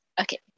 okay